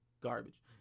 garbage